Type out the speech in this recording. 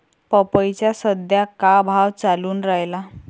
पपईचा सद्या का भाव चालून रायला?